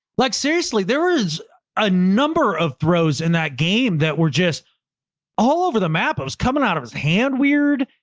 like seriously, there was a number of throws in that game that were just all over the map. it was coming out of his hand. weird.